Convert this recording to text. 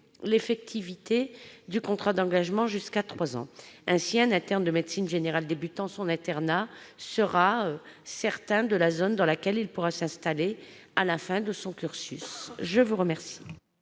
l'effectivité du contrat d'engagement jusqu'à trois ans. Ainsi, un interne de médecine générale commençant son internat sera certain de la zone dans laquelle il pourra s'installer à la fin de son cursus. La parole